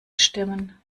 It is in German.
stimmen